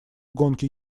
гонке